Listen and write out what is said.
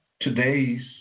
today's